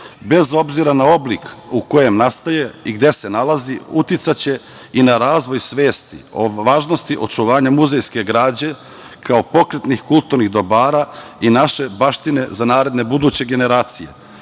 bez obzira na oblik u kojem nastaje i gde se nalazi, uticaće i na razvoj svesti o važnosti očuvanja muzejske građe, kao pokretnih kulturnih dobara i naše baštine za naredne, buduće generacije,